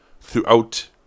...throughout